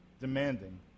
demanding